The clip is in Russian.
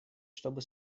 чтобы